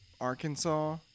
Arkansas